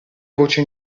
voce